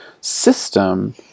system